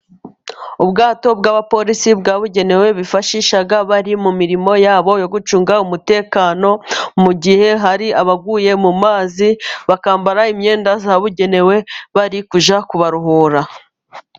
Ubwato bw'abapolisi bwabugenewe, bifashisha bari mu mirimo yabo yo gucunga umutekano, mu gihe hari abaguye mu mazi bakambara imyenda yabugenewe bari kujya kubarohora.